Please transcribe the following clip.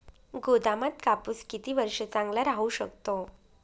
गोदामात कापूस किती वर्ष चांगला राहू शकतो?